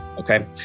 Okay